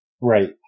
Right